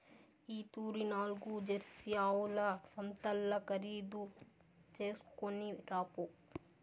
ఈ తూరి నాల్గు జెర్సీ ఆవుల సంతల్ల ఖరీదు చేస్కొని రాపో